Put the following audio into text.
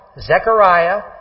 Zechariah